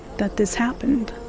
that this happened.